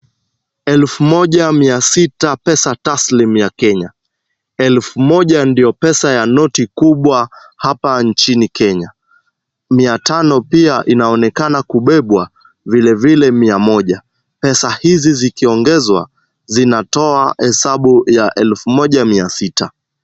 Elfu moja mia sita pesa taslimu ya Kenya. Elfu moja ndiyo pesa ya noti kubwa hapa nchini Kenya. Mia tano pia inaonekana kubebwa, vilevile mia moja. Pesa hizi zikiongezwa, zinatoa hesabu ya elfu moja mia sita.